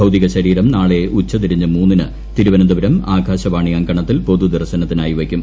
ഭ്രൂതിക ശരീരം നാളെ ഉച്ച തിരിഞ്ഞ് മൂന്നിന് തിരുവനന്തപുരം അക്കാശവാണി അങ്കണത്തിൽ പൊതുദർശനത്തിനായി വയ്ക്കും